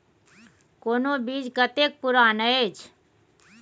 कोनो बीज कतेक पुरान अछि?